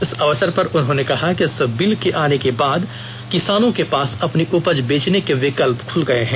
इस अवसर पर उन्होंने कहा कि इस बिल के आने के बाद किसानों के पास अपनी उपज बेचने के विकल्प खुल गए हैं